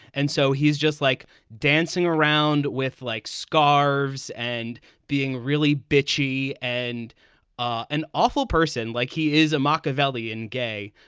and so he's just like dancing around with, like, scarves and being really bitchy and an awful person like he is a macchiavelli in gay,